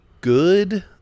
good